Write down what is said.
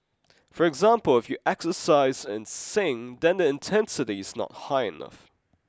for example if you exercise and sing then the intensity is not high enough